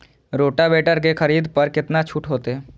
Rotavator के खरीद पर केतना छूट होते?